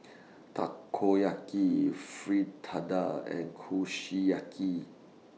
Takoyaki Fritada and Kushiyaki